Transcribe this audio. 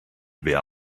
wer